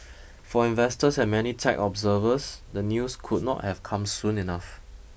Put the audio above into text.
for investors and many tech observers the news could not have come soon enough